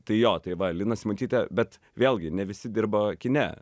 tai jo tai va lina simutytė bet vėlgi ne visi dirba kine